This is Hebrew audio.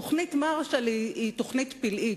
תוכנית מרשל היא תוכנית פלאית,